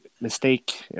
mistake